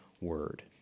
Word